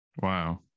Wow